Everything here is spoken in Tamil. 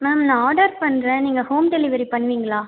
மேம் நான் ஆர்டர் பண்ணுறேன் நீங்கள் ஹோம் டெலிவரி பண்ணுவீங்களா